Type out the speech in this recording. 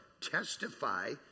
Testify